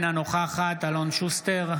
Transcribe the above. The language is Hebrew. אינה נוכחת אלון שוסטר,